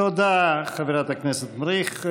תודה, חברת הכנסת מריח.